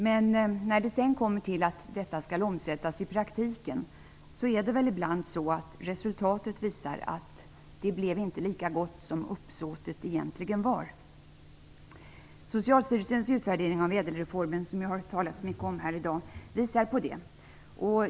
Men när detta sedan skall omsättas i praktiken visar det sig att resultatet inte alltid blir lika gott som det ursprungligen var tänkt, vilket också Socialstyrelsens utvärdering av ÄDEL-reformen, som vi har hört mycket talas om här i dag, har visat.